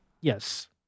Yes